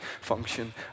function